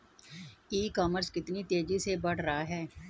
ई commerce कितनी तेजी से बढ़ रहा है?